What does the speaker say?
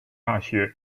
大学